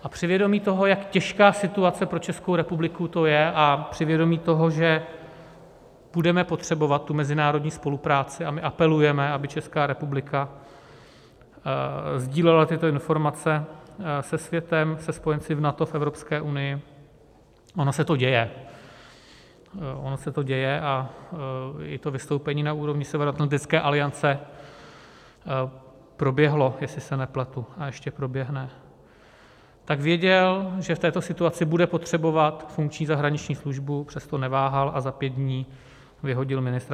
A při vědomí toho, jak těžká situace pro Českou republiku to je a při vědomí toho, že budeme potřebovat mezinárodní spolupráci a my apelujeme, aby Česká republika sdílela tyto informace se světem, se spojenci v NATO, v Evropské unii, ono se to děje a vystoupení na úrovni Severoatlantické aliance proběhlo, jestli se nepletu, a ještě proběhne tak věděl, že v této situaci bude potřebovat funkční zahraniční službu, přesto neváhal a za pět dní vyhodil ministra Petříčka.